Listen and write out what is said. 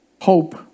Hope